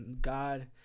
God